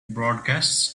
broadcasts